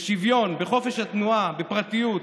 בשוויון, בחופש התנועה, בפרטיות.